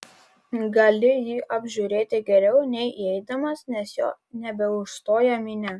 gali jį apžiūrėti geriau nei įeidamas nes jo nebeužstoja minia